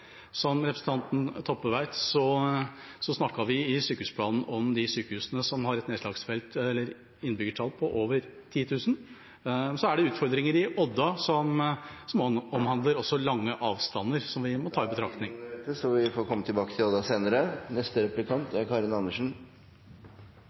Som representanten Toppe vet, snakket vi i sykehusplanen om de sykehusene som har et innbyggertall på over 10 000. Så er det utfordringer i Odda som omhandler også lange avstander … Tiden er ute, så vi får komme tilbake til Odda senere.